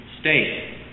state